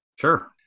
Sure